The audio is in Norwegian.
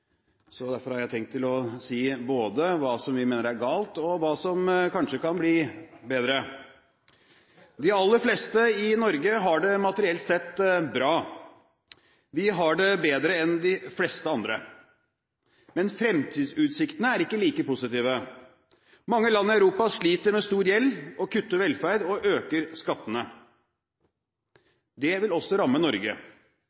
så derfor har jeg tenkt å si både hva vi mener er galt, og hva som kanskje kan bli bedre. De aller fleste i Norge har det materielt sett bra. Vi har det bedre enn de fleste andre, men fremtidsutsiktene er ikke like positive. Mange land i Europa sliter med stor gjeld, kutter velferd og øker